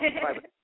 private